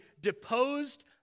deposed